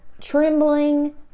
trembling